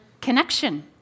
connection